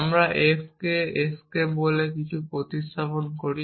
আমরা x কে s k বলে কিছু দিয়ে প্রতিস্থাপন করি